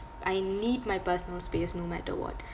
I need my personal space no matter what